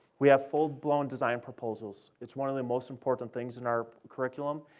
we have full-blown design proposals. it's one of the most important things in our curriculum,